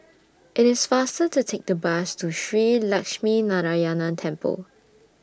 IT IS faster to Take The Bus to Shree Lakshminarayanan Temple